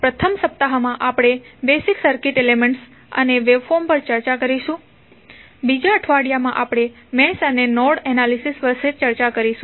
પ્રથમ સપ્તાહમાં આપણે બેઝિક સર્કિટ એલિમેન્ટ્સ અને વેવફોર્મ પર ચર્ચા કરીશું અને બીજા અઠવાડિયામાં આપણે મેશ અને નોડ એનાલિસિસ પર ચર્ચા કરીશું